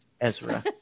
Ezra